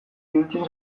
iruditzen